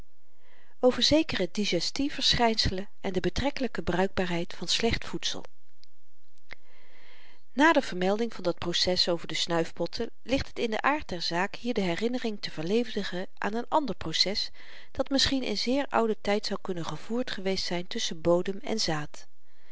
over zekere digestie verschynselen en de betrekkelyke bruikbaarheid van slecht voedsel na de vermelding van dat proces over de snuifpotten ligt het in den aard der zaak hier de herinnering te verlevendigen aan n ander proces dat misschien in zeer ouden tyd zou kunnen gevoerd geweest zyn tusschen bodem en zaad